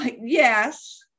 Yes